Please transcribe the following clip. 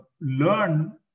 learn